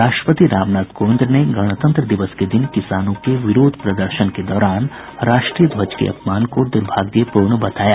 राष्ट्रपति रामनाथ कोविंद ने गणतंत्र दिवस के दिन किसानों के विरोध प्रदर्शन के दौरान राष्ट्रीय ध्वज के अपमान को दूर्भाग्यपूर्ण बताया